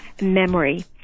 memory